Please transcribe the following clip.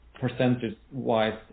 percentage-wise